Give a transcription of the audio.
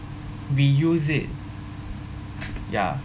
re-use it ya